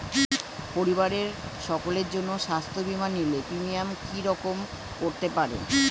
পরিবারের সকলের জন্য স্বাস্থ্য বীমা নিলে প্রিমিয়াম কি রকম করতে পারে?